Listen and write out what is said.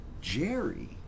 Jerry